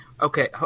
Okay